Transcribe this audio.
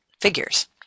figures